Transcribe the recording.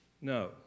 No